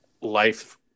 Life